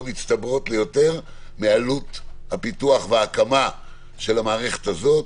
מצטברות ליותר מעלות הפיתוח וההקמה של המערכת הזאת.